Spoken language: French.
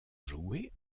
jouer